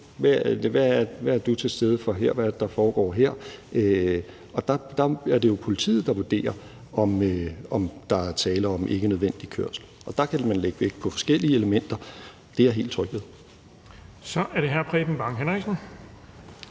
Hvorfor er du til stede her, og hvad er det, der foregår her? Der er det jo politiet, der vurderer, om der er tale om ikkenødvendig kørsel. Der kan man lægge vægt på forskellige elementer. Det er jeg helt tryg ved. Kl. 12:43 Den fg. formand